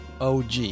OG